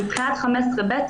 מבחינת 15(ב),